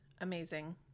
amazing